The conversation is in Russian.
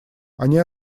они